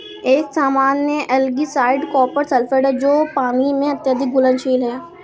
एक सामान्य algicide copper sulphate है जो पानी में अत्यधिक घुलनशील है